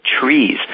trees